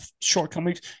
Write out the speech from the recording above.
shortcomings